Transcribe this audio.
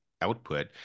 output